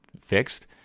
fixed